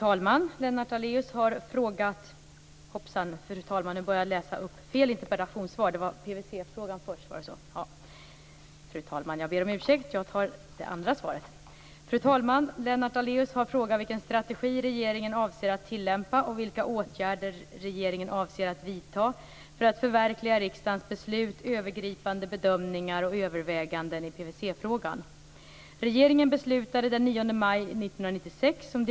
Fru talman! Lennart Daléus har frågat vilken strategi regeringen avser att tillämpa och vilka åtgärder regeringen avser att vidta för att förverkliga riksdagens beslut, övergripande bedömningar och överväganden i PVC-frågan.